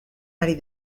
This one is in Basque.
ari